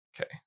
Okay